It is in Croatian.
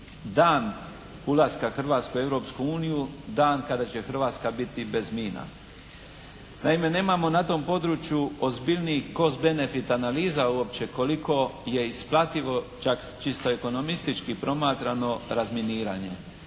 dan ulaska Hrvatske u Europsku uniju dan kada će Hrvatska biti bez mina. Naime, nemamo na tom području ozbiljnijih cost benefit analiza uopće koliko je isplativo čak čisto ekonomistički promatrano razminiranje.